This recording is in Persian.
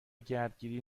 گردگیری